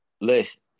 listen